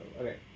Okay